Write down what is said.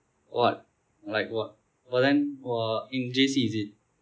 what like what what then uh in J_C is it